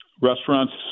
Restaurants